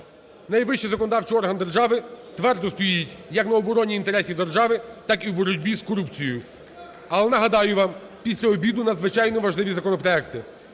найвищий законодавчій орган держави твердо стоїть як на обороні інтересів держави, так і у боротьбі з корупцією. Але нагадаю вам, після обіду надзвичайно важливі законопроекти